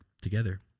together